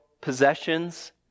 possessions